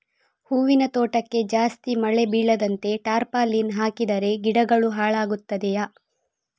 ಹೂವಿನ ತೋಟಕ್ಕೆ ಜಾಸ್ತಿ ಮಳೆ ಬೀಳದಂತೆ ಟಾರ್ಪಾಲಿನ್ ಹಾಕಿದರೆ ಗಿಡಗಳು ಹಾಳಾಗುತ್ತದೆಯಾ?